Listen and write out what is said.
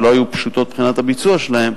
שלא היו פשוטות מבחינת הביצוע שלהן,